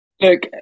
Look